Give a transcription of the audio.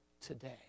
today